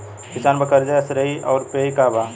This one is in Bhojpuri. किसान पर क़र्ज़े के श्रेइ आउर पेई के बा?